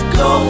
go